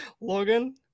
Logan